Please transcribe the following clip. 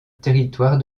territoire